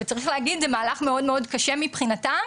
וצריך להגיד זה מהלך מאוד מאוד קשה מבחינתם,